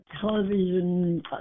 television